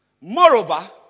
Moreover